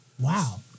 Wow